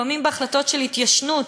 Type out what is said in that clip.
לפעמים בהחלטות של התיישנות,